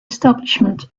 establishment